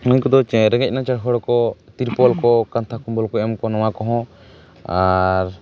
ᱱᱩᱭ ᱠᱚᱫᱚ ᱨᱮᱸᱜᱮᱡ ᱱᱟᱪᱟᱨ ᱦᱚᱲ ᱠᱚ ᱛᱤᱨᱯᱳᱞ ᱠᱚ ᱠᱟᱱᱛᱷᱟ ᱠᱚᱢᱵᱚᱞ ᱠᱚᱭ ᱮᱢᱠᱚ ᱱᱚᱣᱟ ᱠᱚᱦᱚᱸ ᱟᱨ